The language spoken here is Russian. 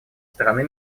стороны